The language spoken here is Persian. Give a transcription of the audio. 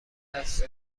است